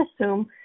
assume